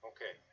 Okay